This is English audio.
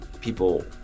people